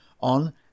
on